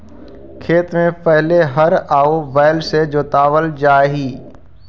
खेत में पहिले हर आउ बैल से जोताऽ हलई